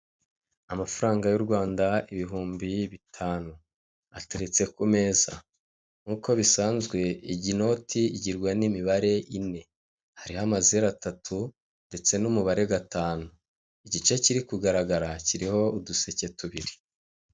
Umugabo wari wicaye imbere ya kompiyuta, kompiyuta ayitunze urutoki igice kimwe handitseho serivisi z'irembo, ikindi gice handitseho andi magambo ariko hari igishushanyo cy'ikiganza gifite telefone ya simatifone.